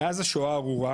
מאז השואה הארורה,